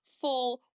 full